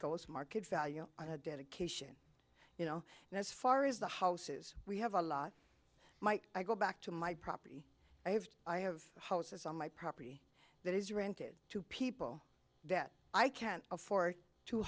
it's market value on a dedication you know and as far as the houses we have a lot might i go back to my property i have i have houses on my property that is rented to people that i can't afford to